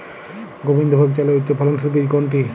গোবিন্দভোগ চালের উচ্চফলনশীল বীজ কোনটি?